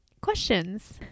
questions